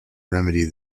remedy